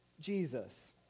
Jesus